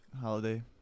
Holiday